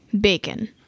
Bacon